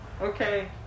Okay